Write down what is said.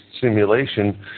simulation